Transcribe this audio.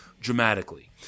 dramatically